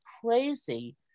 crazy